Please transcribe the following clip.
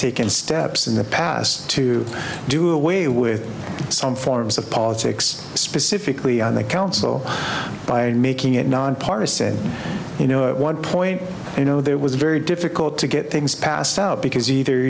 taken steps in the past to do away with some forms of politics specifically on the council by making it nonpartisan you know one point you know there was very difficult to get things passed out because either